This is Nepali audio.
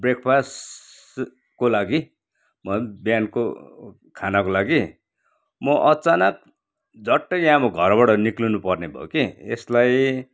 ब्रेकफास्टको लागि बिहानको खानाको लागि म अचानक झट्टै यहाँ अब घरबाट निस्किनु पर्ने भयो कि यसलाई